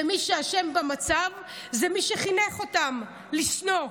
ומי שאשם במצב הוא מי שחינך אותם לשנוא,